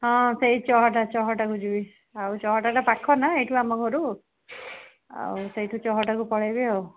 ହଁ ସେଇ ଚହଟା ଚହଟାକୁ ଯିବି ଆଉ ଚହଟାଟା ପାଖନା ଏଠୁ ଆମ ଘରୁ ଆଉ ସେଇଠୁ ଚହଟାକୁ ପଳାଇବି ଆଉ